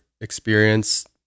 experience